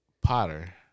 Potter